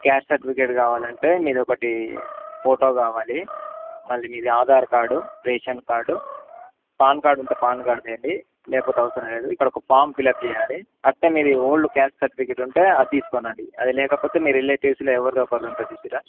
caste certificate కావాలంటే మీదొకటి photo కాగావాలి మళ్ళీ మీది Aadhaar card ration card PAN card ఉంటే పాన్ కార్డుదండి లేకపోతే అవసరం లేదు ఇక్కడ ఒక ఫామ్ ఫిల్లప్ చేయాలి అట్టే మీ ఓల్డ్ క్యాస్ట్ సర్టిఫికేట్ ఉంటే అది తీసుకోనండి అది లేకపోతే మీరు రిలేటివ్స్లో ఎవరిగా ఒకాలంటది చూసిరరా